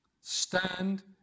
Stand